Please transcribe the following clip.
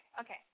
okay